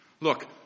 look